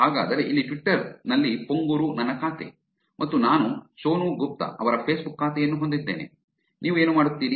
ಹಾಗಾದರೆ ಇಲ್ಲಿ ಟ್ವಿಟ್ಟರ್ ನಲ್ಲಿ ಪೊಂಗೂರು ನನ್ನ ಖಾತೆ ಮತ್ತು ನಾನು ಸೋನು ಗುಪ್ತಾ ಅವರ ಫೇಸ್ಬುಕ್ ಖಾತೆಯನ್ನು ಹೊಂದಿದ್ದೇನೆ ನೀವು ಏನು ಮಾಡುತ್ತೀರಿ